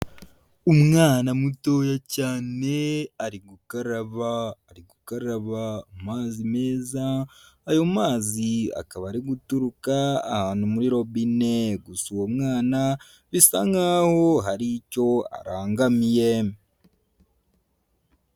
Umwana mutoya cyane ari gukaraba, ari gukaraba amazi meza, ayo mazi akaba ari guturuka ahantu muri robine, gusa uwo mwana bisa nkaho hari icyo arangamiye.